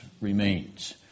remains